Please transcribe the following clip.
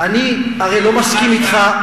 אני הרי לא מסכים אתך.